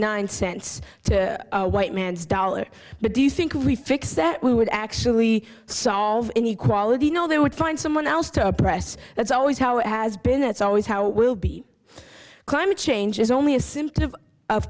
nine cents to white man's dollar but do you think we fixed that we would actually solve any quality you know they would find someone else to oppress that's always how it has been that's always how it will be climate change is only a symptom of